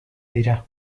dira